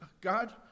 God